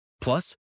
Plus